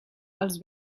els